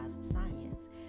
science